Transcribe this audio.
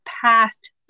past